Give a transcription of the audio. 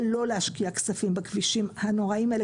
לא להשקיע כספים בכבישים הנוראים האלה,